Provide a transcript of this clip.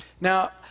Now